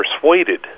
persuaded